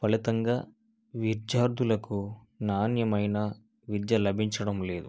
ఫలితంగా విద్యార్థులకు నాణ్యమైన విద్య లభించడం లేదు